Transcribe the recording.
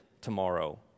tomorrow